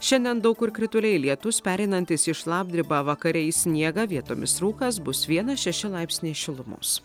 šiandien daug kur krituliai lietus pereinantis į šlapdribą vakare į sniegą vietomis rūkas bus vienas šeši laipsniai šilumos